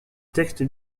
texte